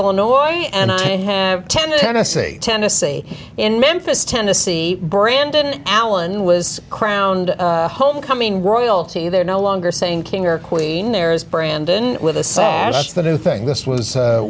illinois and i need tennessee tennessee in memphis tennessee brandon allen was crowned homecoming royalty there no longer saying king or queen there is brandon with the new thing this was